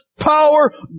power